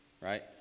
Right